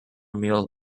meal